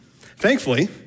Thankfully